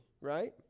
right